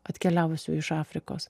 atkeliavusių iš afrikos